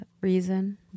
reason